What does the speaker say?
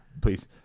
Please